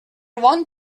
want